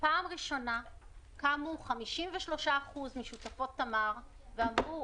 פעם ראשונה קמו 53% משותפות תמר ואמרו: